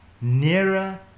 nearer